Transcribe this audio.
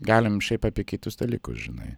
galim šiaip apie kitus dalykus žinai